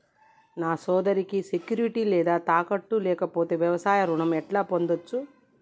నా సోదరికి సెక్యూరిటీ లేదా తాకట్టు లేకపోతే వ్యవసాయ రుణం ఎట్లా పొందచ్చు?